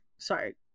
sorry